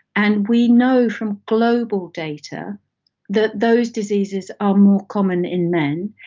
and we know from global data that those diseases are more common in men,